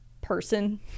person